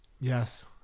Yes